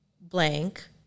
blank